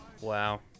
Wow